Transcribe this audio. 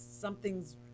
something's